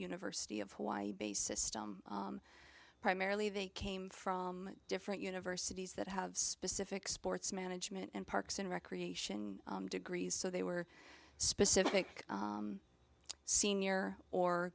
university of hawaii based system primarily they came from different universities that have specific sports management and parks and recreation degrees so they were specific senior or